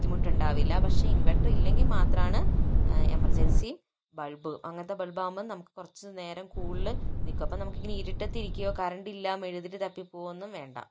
ബുദ്ധിമുട്ടുണ്ടാവില്ല പക്ഷേ ഇൻവെർട്ടർ ഇല്ലെങ്കിൽ മാത്രമാണ് എമർജൻസി ബൾബ് അങ്ങനത്തെ ബൾബ് ആകുമ്പോൾ നമുക്ക് കുറച്ചുനേരം കൂടുതൽ നിക്കും അപ്പോൾ നമുക്ക് ഇങ്ങനെ ഇരുട്ടത്ത് ഇരിക്കുകയോ കറണ്ടില്ല മെഴുകുതിരി തപ്പി പോവുക ഒന്നും വേണ്ട